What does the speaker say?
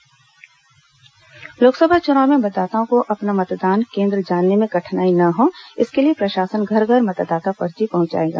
मतदाता पर्ची लोकसभा चुनाव में मतदाताओं को अपना मतदान केन्द्र जानने में कठिनाई न हो इसके लिए प्रशासन घर घर मतदाता पर्ची पहंचाएगा